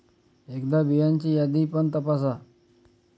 एकदा बियांची यादी पण तपासा